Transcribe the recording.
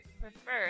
prefer